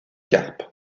carpe